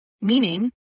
meaning